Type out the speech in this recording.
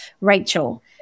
Rachel